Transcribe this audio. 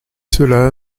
cela